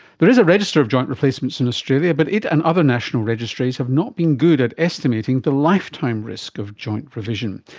there is a register of joint replacements in australia, but it and other national registries have not been good at estimating the lifetime risk of joint revision,